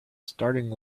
starting